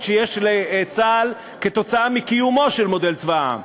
שיש לצה"ל כתוצאה מקיומו של מודל צבא העם.